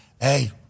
hey